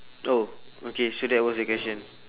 oh okay so that was the question